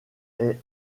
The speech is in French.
est